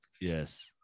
Yes